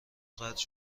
قطع